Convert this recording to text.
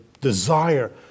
desire